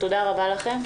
תודה רבה לכם.